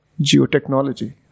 geotechnology